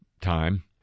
time